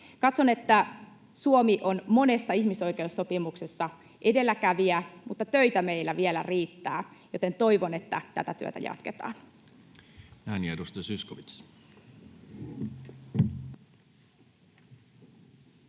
Katson, että Suomi on monessa ihmisoikeussopimuksessa edelläkävijä mutta töitä meillä vielä riittää, joten toivon, että tätä työtä jatketaan.